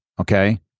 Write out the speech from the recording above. okay